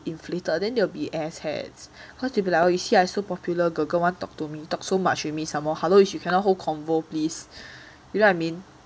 inflated then they will be asshats cause they'll be like you see I so popular girl girl want talk to me talk so much with me somemore hello is you cannot hold convo please you know what I mean